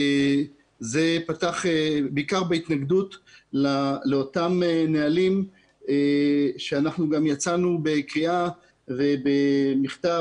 בעיקר לשם התנגדות לאותם נהלים ויצאנו בקריאה ומכתב